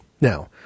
Now